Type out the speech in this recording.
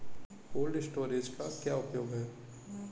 Cold storage का क्या उपयोग है?